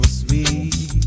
sweet